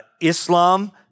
Islam